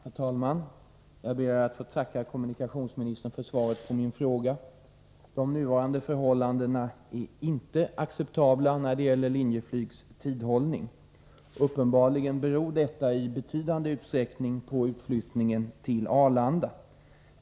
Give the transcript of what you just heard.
Herr talman! Jag ber att få tacka kommunikationsministern för svaret på min fråga. De nuvarande förhållandena är inte acceptabla när det gäller Linjeflygs tidhållning. Uppenbarligen beror detta i betydande utsträckning på utflyttningen till Arlanda.